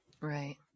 Right